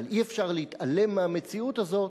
אבל אי-אפשר להתעלם מהמציאות הזאת.